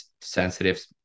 sensitive